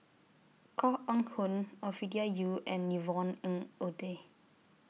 Koh Eng Hoon Ovidia Yu and Yvonne Ng Uhde